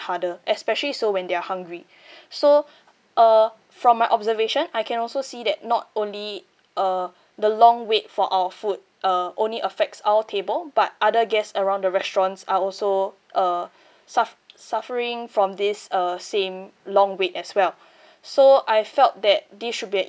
harder especially so when they are hungry so uh from my observation I can also see that not only uh the long wait for our food uh only affects our table but other guests around the restaurants are also uh suff~ suffering from this uh same long wait as well so I felt that this should be an